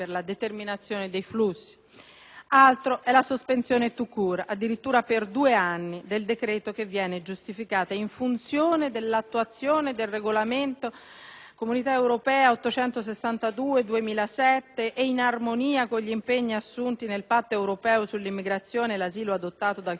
altro è la sospensione *tout court* per due anni del decreto, che viene giustificata «in funzione dell'attuazione del regolamento CE 862/2007 e in armonia con gli impegni assunti nel Patto europeo sull'immigrazione e l'asilo adottato dal Consiglio europeo del 15-16 ottobre